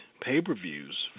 pay-per-views